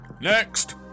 Next